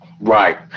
right